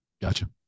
Gotcha